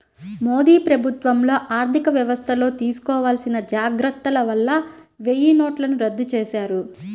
మోదీ ప్రభుత్వంలో ఆర్ధికవ్యవస్థల్లో తీసుకోవాల్సిన జాగర్తల వల్ల వెయ్యినోట్లను రద్దు చేశారు